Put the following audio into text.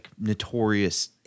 notorious